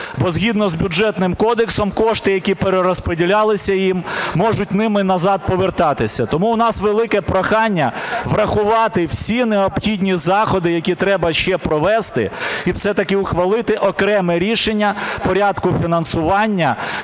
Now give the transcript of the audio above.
Бо згідно з Бюджетним кодексом кошти, які перерозподілялися їм, можуть ним і назад повертатися. Тому у нас велике прохання врахувати всі необхідні заходи, які треба ще провести і все-таки ухвалити окреме рішення порядку фінансування